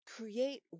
create